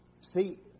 See